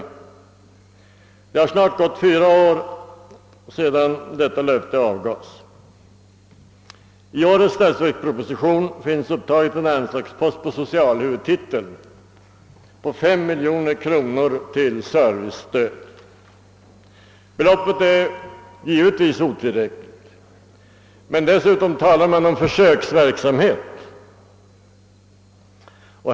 Det har snart gått fyra år sedan detta löfte lämnades. I årets statsverksproposition finns upptagen en anslagspost under socialhuvudtiteln på 5 miljoner kronor till servicestöd. Beloppet är givetvis otillräckligt. Men dessutom talas det i statsverkspropositionen om försöksverksamhet.